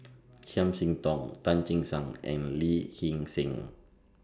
Chiam See Tong Tan Che Sang and Lee Hee Seng